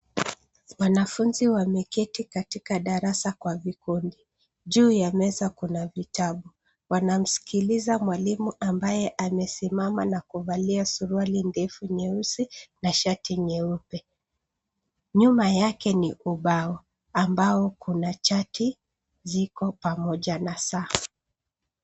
Wanafunzi wameketi katika darasa kwa vikundi. Juu ya meza kuna vitabu. Wanamsikiliza mwalimu ambaye amesimama na kuvalia suruali ndefu nyeusi na shati nyeupe. Nyuma yake ni ubao ambao kuna chaki kuna ziko pamoja na saa.